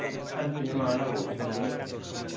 सानसेनो माबानांगौ सानसेनो औ